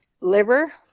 liver